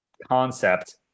concept